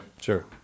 Sure